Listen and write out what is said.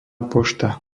pošta